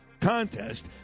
contest